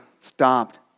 stopped